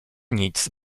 nic